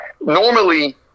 normally